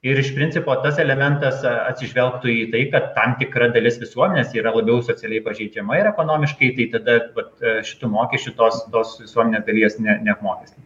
ir iš principo tas elementas atsižvelgtų į tai kad tam tikra dalis visuomenės yra labiau socialiai pažeidžiama ir ekonomiškai tai tada vat šitu mokesčiu tos tos visuomenės dalies ne neapmokestint